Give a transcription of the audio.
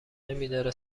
نمیداره